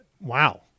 wow